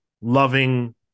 loving